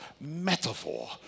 Metaphor